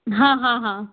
हाँ हाँ हाँ